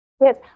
yes